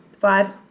Five